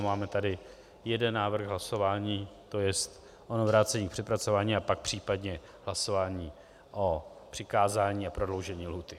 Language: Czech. Máme tady jeden návrh k hlasování, to je ono vrácení k přepracování, a pak případně hlasování o přikázání a prodloužení lhůty.